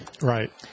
right